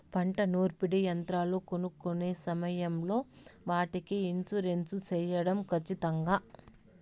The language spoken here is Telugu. పంట నూర్పిడి యంత్రాలు కొనుక్కొనే సమయం లో వాటికి ఇన్సూరెన్సు సేయడం ఖచ్చితంగా?